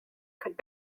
could